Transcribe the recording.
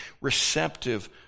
receptive